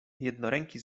jednoręki